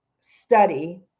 study